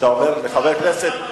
כשאתה אומר לחבר הכנסת,